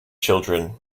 children